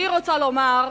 אני רוצה לומר,